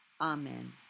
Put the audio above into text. Amen